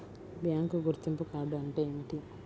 Bank గుర్తింపు card అంటే ఏమిటి?